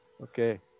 Okay